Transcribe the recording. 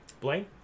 Blaine